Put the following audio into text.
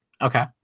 Okay